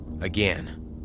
again